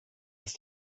ist